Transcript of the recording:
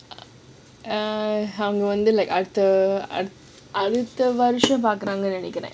err அவங்க வந்து அடுத்த வருஷம் பாக்குறாங்கனு நெனக்கிறேன்:awnaga wanthu adutha warusham paakuraanganu nenakkiran